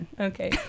Okay